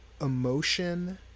emotion